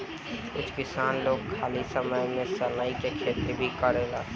कुछ किसान लोग जब गेंहू अउरी धान के फसल काट लेवेलन त खाली समय में सनइ के खेती भी करेलेन